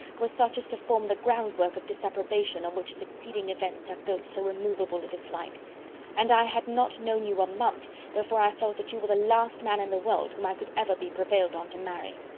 were such as to form the groundwork of disapprobation on which succeeding events have built so immovable a dislike and i had not known you a month before i felt that you were the last man in the world whom i could ever be prevailed on to marry.